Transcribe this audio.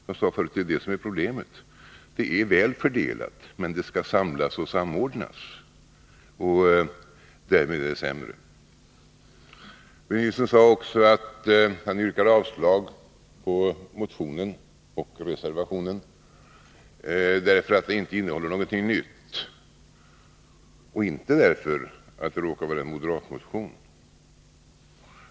Jag sade förut att det är detta som är problemet — ansvaret är väl fördelat, men det skall samlas och samordnas, och därmed är det sämre beställt. Börje Nilsson sade att han yrkar avslag på motionen och reservationen därför att de inte innehåller någonting nytt, men inte därför att det råkar vara en moderatmotion i och för sig.